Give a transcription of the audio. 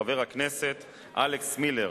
חבר הכנסת אלכס מילר,